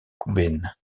cubaine